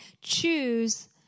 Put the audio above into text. choose